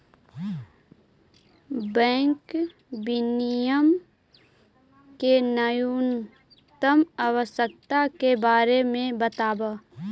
bank विनियमन के न्यूनतम आवश्यकता के बारे में बतावऽ